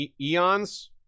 eons